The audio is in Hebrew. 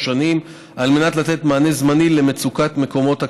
שנים על מנת לתת מענה זמני למצוקת מקומות הכליאה,